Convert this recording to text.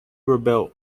rebuilt